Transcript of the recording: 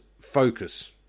focus